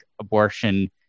abortion